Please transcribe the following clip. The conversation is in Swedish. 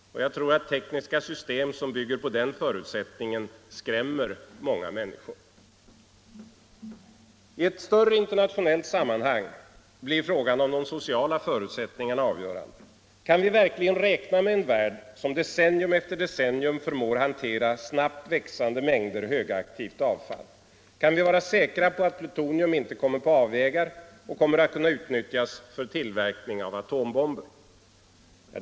Jag tror att tekniska system som bygger på den förutsättningen skrämmer många människor. I ett större internationellt sammanhang blir frågan om de sociala förutsättningarna avgörande. Kan vi verkligen räkna med en värld som decennium efter decennium förmår hantera snabbt växande mängder högaktivt avfall? Kan vi vara säkra på att plutonium inte kommer på avvägar och utnyttjas för tillverkning av atombomber?